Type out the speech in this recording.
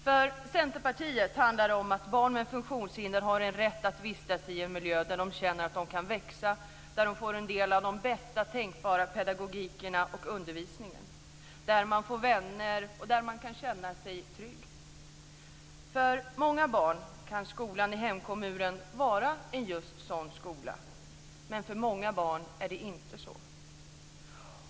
För Centerpartiet handlar det om att barn med funktionshinder har en rätt att vistas i en miljö där de känner att de kan växa, där de får del av bästa tänkbara pedagogik och undervisning, där de får vänner och kan känna sig trygga. För många barn kan skolan i hemkommunen vara just en sådan skola. Men för många barn är det inte så.